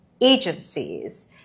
agencies